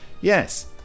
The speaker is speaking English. Yes